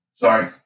Sorry